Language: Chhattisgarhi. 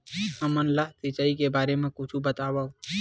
हमन ला सिंचाई के बारे मा कुछु बतावव?